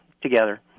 together